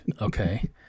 Okay